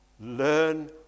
Learn